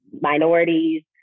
minorities